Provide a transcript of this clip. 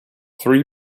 three